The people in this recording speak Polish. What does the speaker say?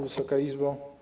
Wysoka Izbo!